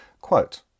Quote